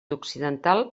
occidental